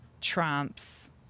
Trumps